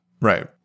Right